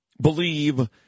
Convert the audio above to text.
believe